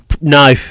No